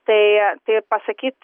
tai pasakyt